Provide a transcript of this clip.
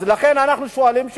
לכן אנחנו שואלים שאלה,